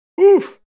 oof